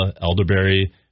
elderberry